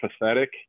pathetic